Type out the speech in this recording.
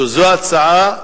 שזו ההצעה,